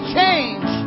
change